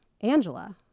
Angela